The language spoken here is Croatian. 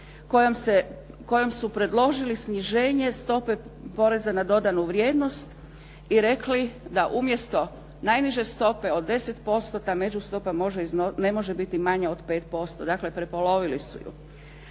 kojom su predložili sniženje stope poreza na dodanu vrijednost i rekli da umjesto najniže stope od 10% ta međustopa ne može biti manja od 5%, dakle prepolovili su ju.